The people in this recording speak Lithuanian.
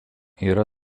yra